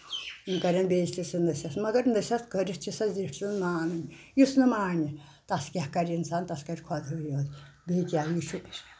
یِم کَرن بیٚیِس تہِ سۄ نٔصیت مگر نٔصیت کٔرِتھ چھےٚ سۄ زِٹھہ سُنٛد مانٕنۍ یُس نہٕ مانہِ تَتھ کیاہ کَرِ اِنسان تَتھ کَرِ خۄدٕے یوت بیٚیہِ کیاہ یہِ چھُ